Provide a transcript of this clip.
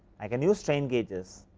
i can used strain gauges